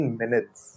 minutes